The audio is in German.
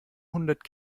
hundert